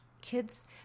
Kids